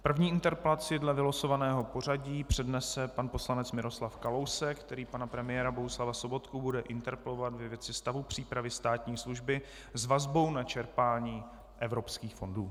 První interpelaci dle vylosovaného pořadí přednese pan poslanec Miroslav Kalousek, který pana premiéra Bohuslava Sobotku bude interpelovat ve věci stavu přípravy státní služby s vazbou na čerpání evropských fondů.